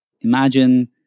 Imagine